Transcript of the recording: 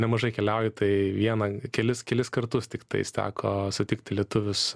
nemažai keliauju tai vieną kelis kelis kartus tiktais teko sutikti lietuvius